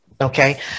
Okay